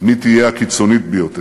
מי תהיה הקיצונית ביותר.